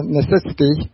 necessity